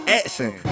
action